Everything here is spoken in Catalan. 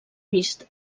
vist